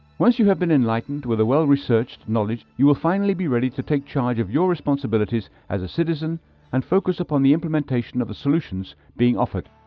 once you have been enlightened with the well-researched knowledge, you will finally be ready to take charge of your responsibilities as a citizen and focus upon implementation of the solutions being offered.